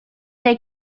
they